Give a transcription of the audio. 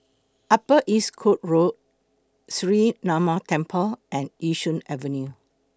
Upper East Coast Road Sree Ramar Temple and Yishun Avenue